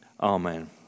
Amen